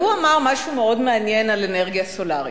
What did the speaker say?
הוא אמר משהו מאוד מעניין על אנרגיה סולרית.